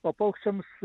o paukščiams